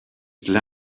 glad